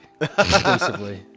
exclusively